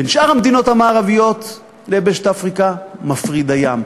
בין שאר המדינות המערביות ליבשת אפריקה מפריד הים.